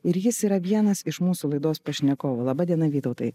ir jis yra vienas iš mūsų laidos pašnekovų laba diena vytautai